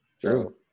True